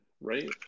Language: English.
right